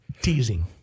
teasing